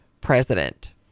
president